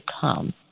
come